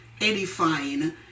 edifying